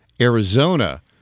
Arizona